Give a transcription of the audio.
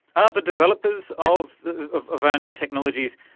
are the developers of of our new technologies,